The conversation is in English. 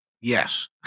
Yes